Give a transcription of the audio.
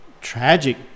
tragic